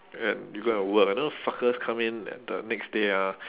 and you go and work you know fuckers come in then the next day ah